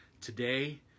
Today